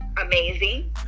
amazing